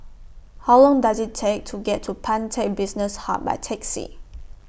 How Long Does IT Take to get to Pantech Business Hub By Taxi